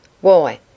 Why